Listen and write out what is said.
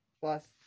Plus